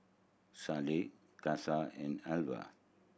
Shyla Case and Arvilla